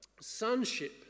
sonship